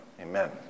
Amen